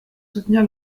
soutenir